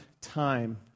time